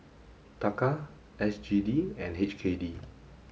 Taka S G D and H K D